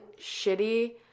shitty